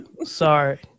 sorry